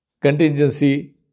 Contingency